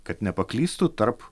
kad nepaklystų tarp